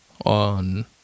on